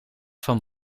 van